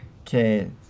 okay